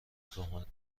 تهمت